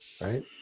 right